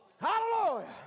Hallelujah